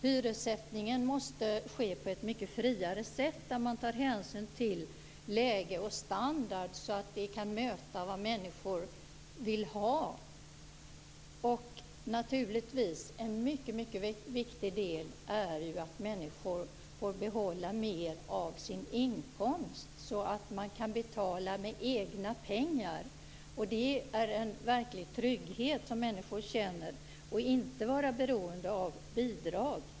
Hyressättningen måste ske på ett mycket friare sätt där man tar hänsyn till läge och standard så att vi kan möta vad människor vill ha. En mycket viktig del är ju att människor får behålla mer av sin inkomst så att de kan betala med egna pengar. Att inte vara beroende av bidrag är en verklig trygghet som människor vill känna.